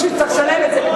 מישהו יצטרך לשלם את זה.